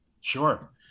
Sure